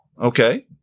okay